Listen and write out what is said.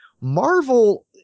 Marvel